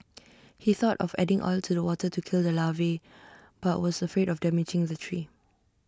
he thought of adding oil to the water to kill the larvae but was afraid of damaging the tree